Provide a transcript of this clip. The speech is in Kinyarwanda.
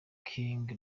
king